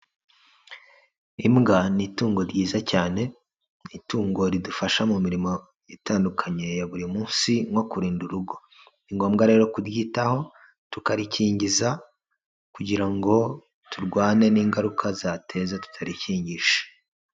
Imbwa ni itungo ryiza cyane, ni itungo ridufasha mu mirimo itandukanye ya buri munsi nko kurinda urugo. Ni ngombwa rero kuryitaho, tukarikingiza kugira ngo turwane n'ingaruka zateza tutarikingije.